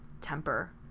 temper